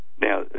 Now